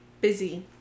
busy